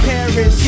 Paris